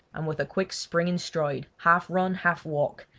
and with a quick, springing stride, half run, half walk,